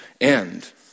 end